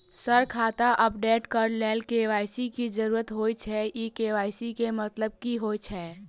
Sir खाता update करऽ लेल के.वाई.सी की जरुरत होइ छैय इ के.वाई.सी केँ मतलब की होइ छैय?